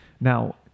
Now